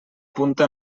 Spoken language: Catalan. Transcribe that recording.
punta